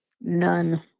None